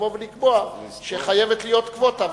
ולבוא ולקבוע שחייבת להיות קווטה,